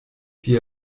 die